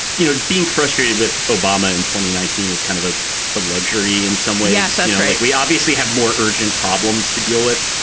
you know, being frustrated with obama in twenty nineteen is kind of a luxury in some way. yeah so right. we obviously have more urgent problems to deal with.